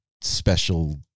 special